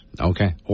Okay